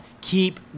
Keep